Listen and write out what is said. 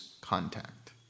contact